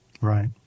Right